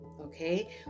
Okay